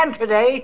today